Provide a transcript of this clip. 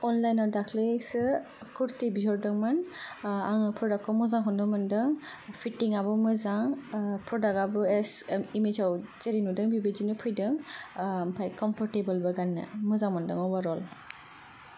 अनलाइनाव दाख्लिसो कुर्ति बिहरदोंमोन आङो प्रडाक्टखौ मोजांखौनो मोनदों फिटिंआबो मोजां प्रडाक्टआबो इमेजआव जेरै नुदों बेबायदिनो फैदों ओमफ्राय कम्पर्टेबलबो गान्नो मोजां मोनदों अभारअल